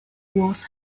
was